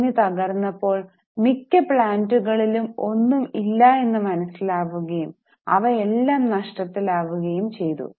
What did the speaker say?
company തകർന്നപ്പോൾ മിക്ക പ്ലാന്റുകളിലും ഒന്നും ഇല്ല എന്ന് മനസ്സിലാവുകയും അവ എല്ലാം നഷ്ടത്തിൽ ആവുകയും ചെയ്തു